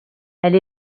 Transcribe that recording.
elle